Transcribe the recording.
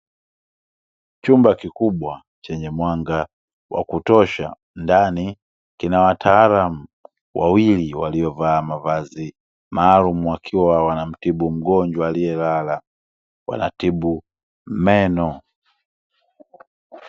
Chumba kikubwa chenye mwanga wa kutosha, ndani kina wataalamu wawili waliovaa mavazi maalumu, wakiwa wanamtibu mgonjwa aliyelala, wanatibu meno.